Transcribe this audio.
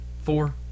four